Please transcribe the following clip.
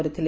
କରିଥିଲେ